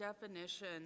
definition